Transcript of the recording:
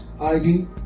ID